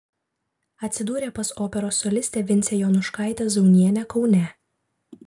atsidūrė pas operos solistę vincę jonuškaitę zaunienę kaune